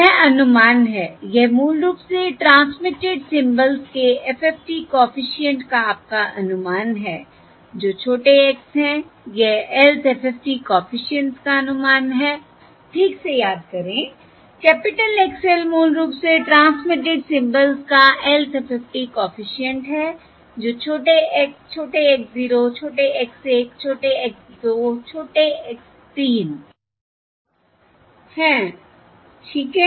यह अनुमान है यह मूल रूप से ट्रांसमिटेड सिम्बल्स के FFT कॉफिशिएंट का आपका अनुमान है जो छोटे x हैं यह lth FFT कॉफिशिएंट्स का अनुमान है ठीक से याद करें कैपिटल X l मूल रूप से ट्रांसमिटेड सिम्बल्स का lth FFT कॉफिशिएंट है जो छोटे x छोटे x 0 छोटे x 1 छोटे x 2 छोटे x 3 हैं ठीक हैं